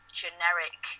generic